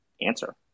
answer